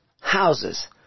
houses